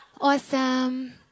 Awesome